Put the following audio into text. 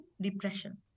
depression